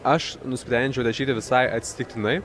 aš nusprendžiau rašyti visai atsitiktinai